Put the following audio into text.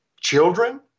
children